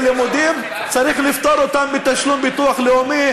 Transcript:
צריך לפטור אותם מתשלום ביטוח לאומי